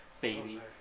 baby